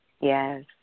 Yes